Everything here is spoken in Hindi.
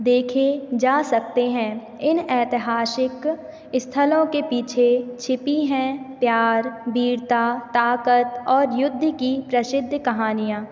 देखे जा सकते हैं इन ऐतिहासिक स्थलों के पीछे छिपी हैं प्यार वीरता ताक़त और युद्ध की प्रसिद्ध कहानीयाँ